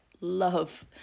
love